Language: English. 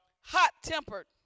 Hot-tempered